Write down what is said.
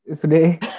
today